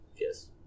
Yes